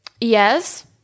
Yes